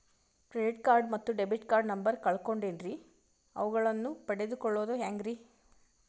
Credit card ಮತ್ತು debit card number ಕಳೆದುಕೊಂಡಿನ್ರಿ ಅವುಗಳನ್ನ ಪಡೆದು ಕೊಳ್ಳೋದು ಹೇಗ್ರಿ?